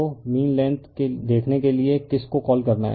तो mean length देखने के लिए किस को कॉल करना है